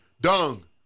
dung